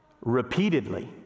repeatedly